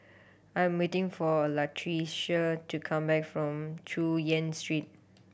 I'm waiting for Latricia to come back from Chu Yen Street